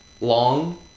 long